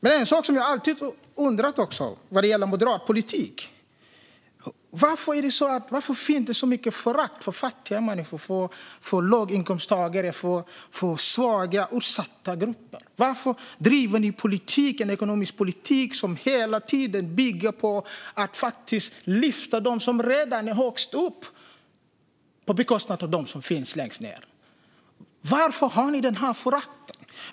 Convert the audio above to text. En annan sak som jag alltid undrat när det gäller moderat politik är varför det finns så mycket förakt för fattiga människor, låginkomsttagare och svaga och utsatta grupper. Varför driver ni en ekonomisk politik som hela tiden bygger på att lyfta dem som redan är högst upp, på bekostnad av dem som finns längst ned? Varför har ni detta förakt?